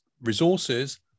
resources